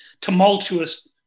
tumultuous